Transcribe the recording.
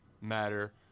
matter